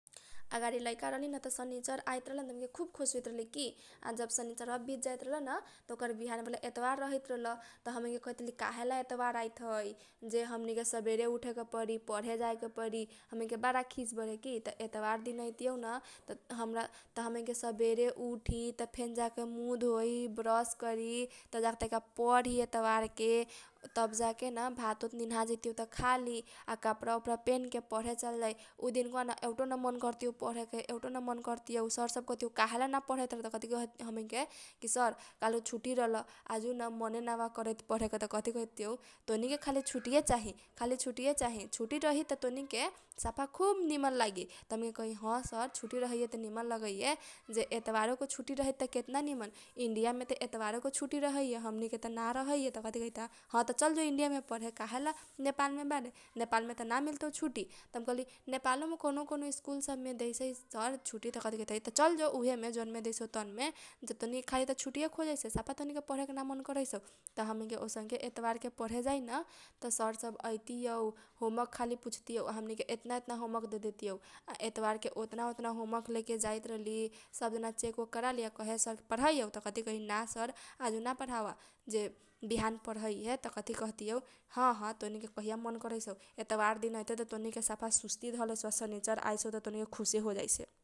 THQ-KSF003-X021 अगाडि लैका रहली न त शनिचर दिन आइत रहल त खुब खुस होइत रहल की आ जब शनिचरवा बित जाइत रहल न त ओकर बिहान भेला आइतबार रहैत रहल। त हमनी कहैत रहली काहेला एतबार आइत है जे हमनी के सबले उठेके परि पढे जाए के परी हमनी के बारा खिस बरे की त एतबार दिन अइतीयौन। त हमरा त हमनी के सबेरे उठी जाके मुह धोइ ब्रस करी तब जाके तनका पढी एतबार के तब जाके न भात ओत निना जैतिऔ न त खाली आ कपडा ओपडा पेनके पढे चल जाइ उ दिन कावा न एउटो न मन करतिऔ पढे जाए के एउटो न मन करतिऔ पढे जाए। सर सब कहतीऔ किहेला ना पढैत बारे त कथी कहैत हमनी के कि सर कालु छुट्टी रहल आ आजु न मने नाबा करैत पढेके त कथी कहतीऔ तोनीके खाली छुट्टीये चाही खाली छुट्टी ये चाही छुट्टी रही त तोनीके सफा खुब निमन लागि। त हमनी के कही ह सर छुट्टी रहैए त खुब निमन लगैए जे एतबारो के छुट्टी रहैत त केतना निमन इन्डिया मेत एतबारो के छुट्टी रहैये हमनी के त ना रहैये त कथी कहैता चलजो इन्डिया मे पढे काहेला नेपाल मे बारे नेपालमे त ना मिलतौ छुट्टी त हम कहली नेपालो मे कौनौ कौनौ स्कूल सब मे दैसै सर छुट्टी त कथी कहैता चलजो उहेमे जौनमे देइसौ तौनमे। जे तोनीके खाली छुट्टी ये खोजैसे सफा तोनिके पढेके मन ना करैसौ त हमनी के औसनके एतबार के पढे जाइन त सर सब अइतीऔ होमवर्क खाली पुछतीऔ आ हमनी के एतना एतना होमवर्क देदे तिऔ आ एतबार के ओतना ओतना होमवर्क लेके जाइत रहली सब जना चेक ओक करा ली। कहे सर पढैयौ त कहे त हमनी के कथी कही ना सर आजु ना पढाबा जे बिहान पढैहे त कथी कहतीयौ हह तोनीके कहिया मन करैसौ एतबार दिन अइते त तोनीके सफा सुसती धलैसौ आ शनिचर आइसौ त तोनीके खुसे होजाइसे।